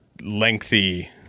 lengthy